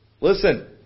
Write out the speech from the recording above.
Listen